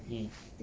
mm